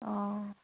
অঁ